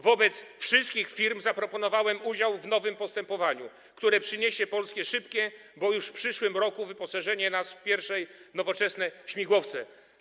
Wobec wszystkich firm zaproponowałem udział w nowym postępowaniu, które przyniesie Polsce szybkie, bo już w przyszłym roku, wyposażenie w pierwsze nowoczesne śmigłowce.